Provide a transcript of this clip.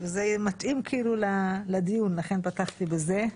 זה מתאים לדיון, לכן פתחתי בזה.